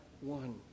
one